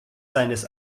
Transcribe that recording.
seines